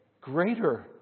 greater